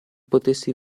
potessi